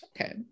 Okay